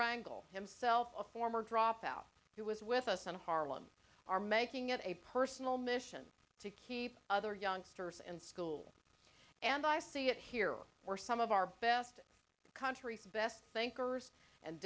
rangle himself a former dropout who was with us in harlem are making it a personal mission to keep other youngsters in school and i see it here were some of our best the country's best thinkers and